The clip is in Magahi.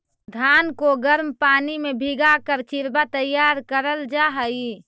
धान को गर्म पानी में भीगा कर चिड़वा तैयार करल जा हई